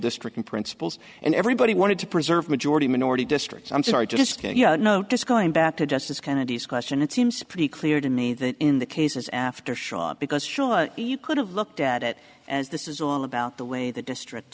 district principles and everybody wanted to preserve majority minority districts i'm sorry just notice going back to justice kennedy's question it seems pretty clear to me that in the cases after shaw because sure you could have looked at it as this is all about the way the district